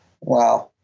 Wow